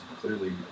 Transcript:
clearly